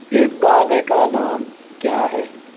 اس گانے کا نام کیا ہے